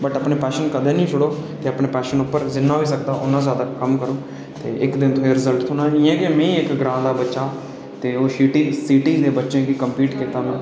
but अपना passion कदें नी छोड़ो ते अपने पैशन पर जिन्ना होई सकदा उन्ना कम्म करो इक दिन तुसें गी रिज़ल्ट थ्होना में इक ग्राँ बच्चा ऐ सिटी दे बच्चें गी कॉम्पीट कीता